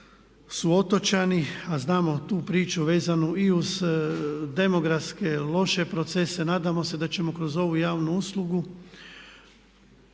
su otočani a znamo tu priču vezano i uz demografske loše procese, nadamo se da ćemo kroz ovu javnu uslugu